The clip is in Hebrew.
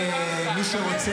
מי מסתיר?